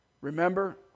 Remember